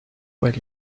well